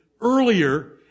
earlier